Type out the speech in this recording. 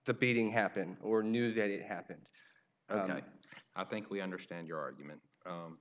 beating happen or knew that it happened i think we understand your argument